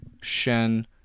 Shen